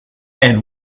and